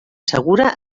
segura